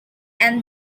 and